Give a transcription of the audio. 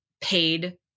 paid